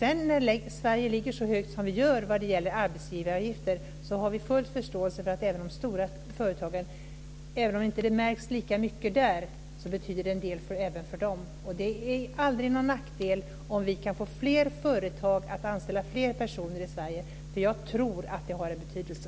Eftersom Sverige ligger så högt som man gör i fråga om arbetsgivaravgifter, har vi full förståelse för att det betyder en del också för de stora företagen, även om det inte märks lika mycket där. Det är aldrig någon nackdel om vi kan få fler företag att anställa fler personer i Sverige. Jag tror nämligen att det har en betydelse.